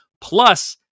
plus